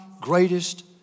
greatest